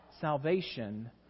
salvation